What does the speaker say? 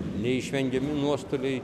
neišvengiami nuostoliai